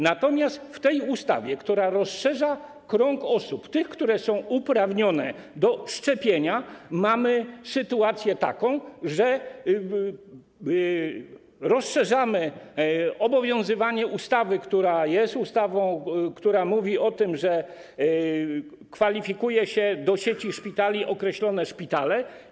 Natomiast w tej ustawie, która rozszerza krąg osób, tych, które są uprawnione do szczepienia, mamy sytuację taką, że rozszerzamy obowiązywanie ustawy, która mówi o tym, że kwalifikuje się do sieci szpitali określone szpitale.